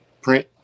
print